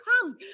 come